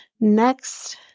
next